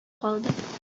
калды